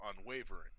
unwavering